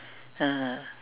(uh huh)